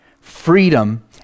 freedom